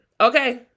Okay